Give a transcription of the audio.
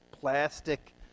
plastic